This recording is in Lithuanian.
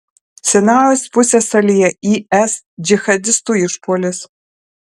sinajaus pusiasalyje is džihadistų išpuolis